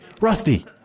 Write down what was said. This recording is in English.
Rusty